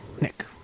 Nick